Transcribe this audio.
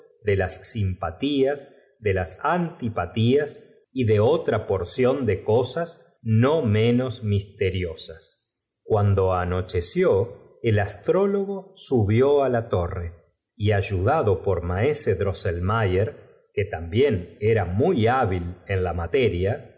de las simpatías de las antipatías y de otra porción de cosas no menos misteriosas cuando anocheció el astrólogo subió á cánico que debía ser decapitado al amanecer del dia siguiente entró en el